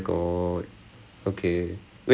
ah then அதெல்லாம் பண்ணி:athellaam panni